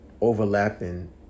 overlapping